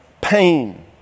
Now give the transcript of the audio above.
pain